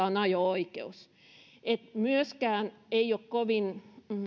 on ajo oikeus ei ole